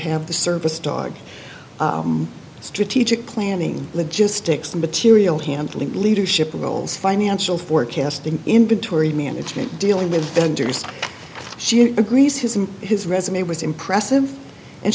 have the service dog strategic planning logistics material handling leadership roles financial forecasting inventory management dealing with vendors she agrees his and his resume was impressive and